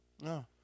No